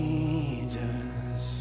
Jesus